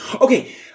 Okay